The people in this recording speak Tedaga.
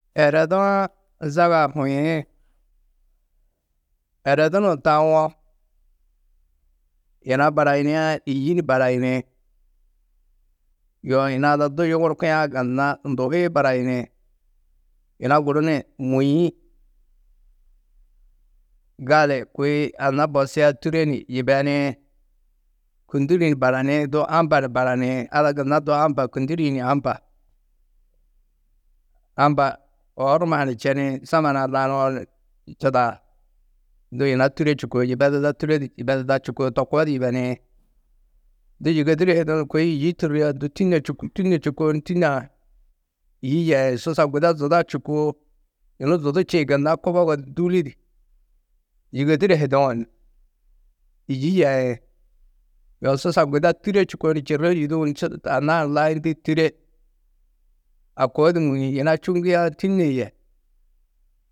Eredu-ã zaga huĩ. Eredu nuũ taũwo yina barayiniã yî ni barayini yoo yina ada du yugurkiã gunna nduhui barayini. Yina guru ni mûĩ. Gali kôi anna bosia tûre ni yibeniĩ, kûnduri ni baraniĩ, du amba ni baraniĩ. Ada gunna du amba, kûnduri-ĩ ni amba. Amba oor numa ha ni čeni soma nuã lanuwo ni čidaa. Du yina tûre čûkoo yibeduda tûre du yibeduda čûkoo to koo di yibeniĩ. Du yûgodure hiduũ ni kôi yî tûria du tînne čûku. Tînne čûkoo ni tînne-ã yî yeĩ susa guda zuda čûkoo, yunu zudu čîĩ gunna kubogo di dûli du yûgodure hiduũ ni yî yeĩ yoo susa guda tûre čûkoo ni čirri hi yûduũ ni anna-ã layindi tûre. A koo di mûĩ. Yina čûuŋgiã: tînne yê.